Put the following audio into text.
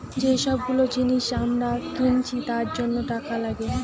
যে সব গুলো জিনিস আমরা কিনছি তার জন্য টাকা লাগে